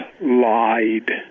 lied